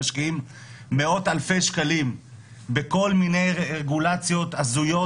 משקיעים מאות אלפי שקלים בכל מיני רגולציות הזויות,